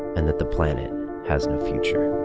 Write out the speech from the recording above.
and that the planet has no future.